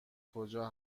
کجا